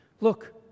Look